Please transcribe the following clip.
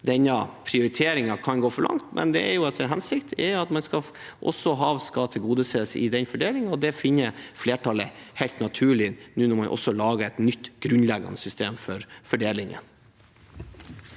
denne prioriteringen kan gå for langt, men hensikten er at også havfiskeflåten skal tilgodeses i den fordelingen. Det finner flertallet helt naturlig nå når man også lager et nytt, grunnleggende system for fordeling.